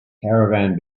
caravan